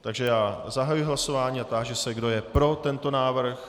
Takže já zahajuji hlasování a táži se, kdo je pro tento návrh.